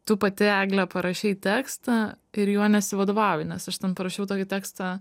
tu pati eglė parašei tekstą ir juo nesivadovauji nes aš ten parašiau tokį tekstą